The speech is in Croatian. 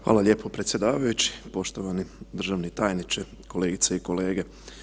Hvala lijepo predsjedavajući, poštovani državni tajniče, kolegice i kolege.